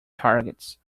targets